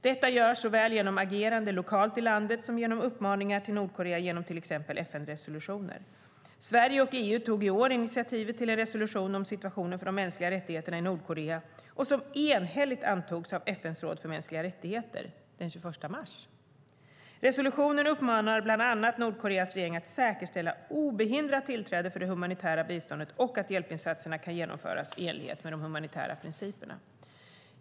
Detta görs såväl genom agerande lokalt i landet som genom uppmaningar till Nordkorea genom till exempel FN-resolutioner. Sverige och EU tog i år initiativet till en resolution om situationen för de mänskliga rättigheterna i Nordkorea och som enhälligt antogs av FN:s råd för mänskliga rättigheter den 21 mars. Resolutionen uppmanar Nordkoreas regering att bland annat säkerställa obehindrat tillträde för det humanitära biståndet och att hjälpinsatserna kan genomföras i enlighet med de humanitära principerna.